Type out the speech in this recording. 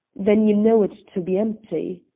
then you know it to be empty.